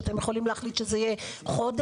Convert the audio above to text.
אתם יכולים להחליט שזה יהיה חודש?